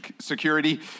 security